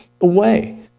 away